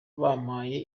bampaye